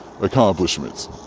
accomplishments